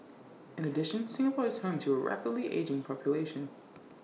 in addition Singapore is home to A rapidly ageing population